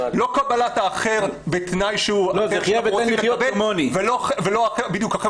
לא קבלת האחר בתנאי שהוא --- ולא בדיוק עכשיו